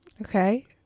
Okay